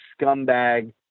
scumbag